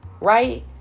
right